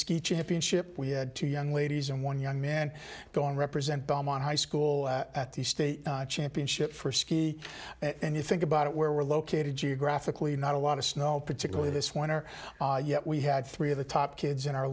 ski championship we had two young ladies and one young man going represent belmont high school at the state championship for ski and you think about where we're located geographically not a lot of snow particularly this winter yet we had three of the top kids in our